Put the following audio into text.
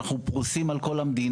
אנחנו פרוסים על כל המדינה,